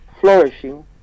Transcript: flourishing